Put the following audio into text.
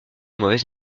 mauvaise